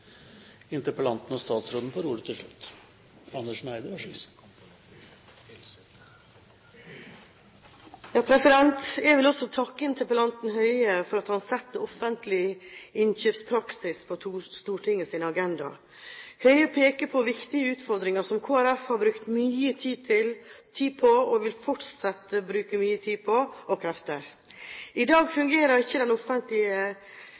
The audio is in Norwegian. Jeg vil også takke interpellanten Høie for at han setter offentlig innkjøpspraksis på Stortingets agenda. Høie peker på viktige utfordringer som Kristelig Folkeparti har brukt mye tid på, og fortsatt vil bruke mye tid og krefter på. I dag